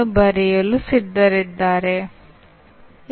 ನಾವು ಕಲಿಯುತ್ತಲೇ ಇರುವಾಗ ಪ್ರಪಂಚದ ಬಗ್ಗೆ ನಮ್ಮ ದೃಷ್ಟಿಕೋನವೂ ಬದಲಾಗುತ್ತದೆ